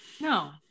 No